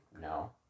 No